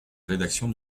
rédaction